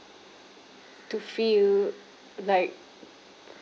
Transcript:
to feel like